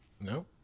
No